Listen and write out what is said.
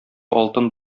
алтын